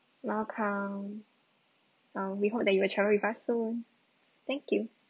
welcome um we hope that you will travel with us soon thank you